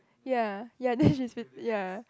ya ya then she spit ya